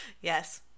Yes